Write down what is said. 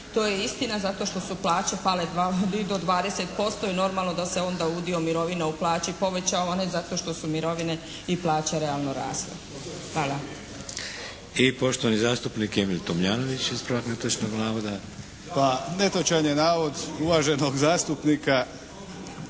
To je istina zato što su plaće pale i do 20% i normalno da se onda udio mirovina u plaći povećao, a ne zato što su mirovine i plaće realno rasle. Hvala. **Šeks, Vladimir (HDZ)** I poštovani zastupnik Emil Tomljanović ispravak netočnog navoda. **Tomljanović, Emil (HDZ)** Pa netočan je navod uvaženog zastupnika